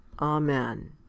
Amen